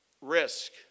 risk